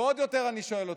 ועוד יותר אני שואל אתכם: